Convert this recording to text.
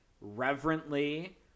reverently